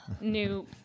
new